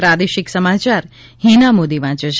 પ્રાદેશિક સમાચાર હીના મોદી વાંચે છે